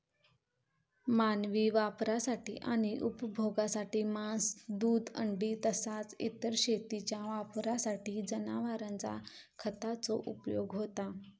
मानवी वापरासाठी आणि उपभोगासाठी मांस, दूध, अंडी तसाच इतर शेतीच्या वापरासाठी जनावरांचा खताचो उपयोग होता